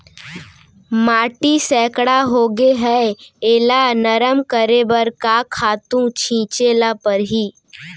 माटी सैकड़ा होगे है एला नरम करे बर का खातू छिंचे ल परहि?